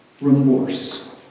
remorse